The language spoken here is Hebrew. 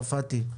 מר צרפתי,